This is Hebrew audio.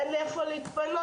אין לי איפה להתפנות,